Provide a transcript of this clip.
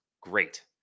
great